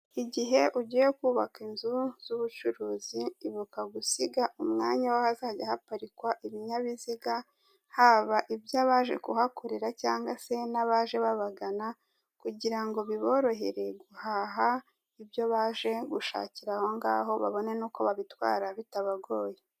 igihe ugiye kubaka inzu z'ubucuruzi ibuka gusiga umwanya wahazajya haparikwa ibinyabiziga haba ibyo abaje kuhakorera cyangwa se nabaje babagana kugirango biborohere guhaha ibyo baje gushakira aho ngaho babone nuko babitwara bitabagoye.